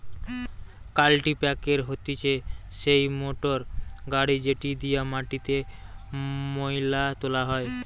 কাল্টিপ্যাকের হতিছে সেই মোটর গাড়ি যেটি দিয়া মাটিতে মোয়লা তোলা হয়